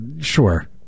Sure